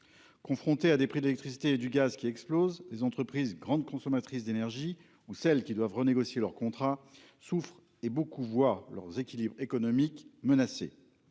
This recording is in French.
Confronté à des prix de l'électricité et du gaz qui explose les entreprises grandes consommatrices d'énergie ou celles qui doivent renégocier leur contrat souffre et beaucoup voient leurs équilibres économiques menacés